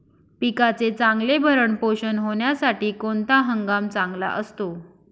पिकाचे चांगले भरण पोषण होण्यासाठी कोणता हंगाम चांगला असतो?